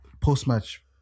post-match